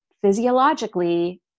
physiologically